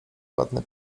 ładny